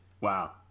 Wow